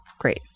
great